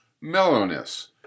Mellowness